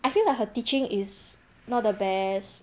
I feel like her teaching is not the best